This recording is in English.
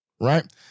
right